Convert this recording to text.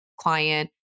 client